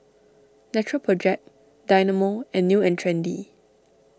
Natural Project Dynamo and New and Trendy